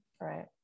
Right